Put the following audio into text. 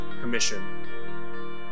Commission